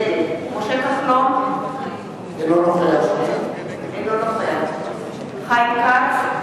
נגד משה כחלון, אינו נוכח חיים כץ,